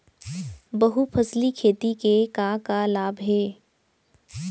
बहुफसली खेती के का का लाभ हे?